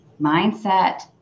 mindset